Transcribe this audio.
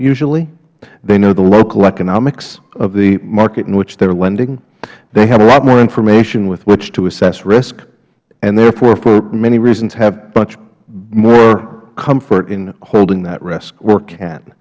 usually they know the local economics of the market in which they are lending they have a lot more information with which to assess risk and therefore for many reasons have much more comfort in holding that risk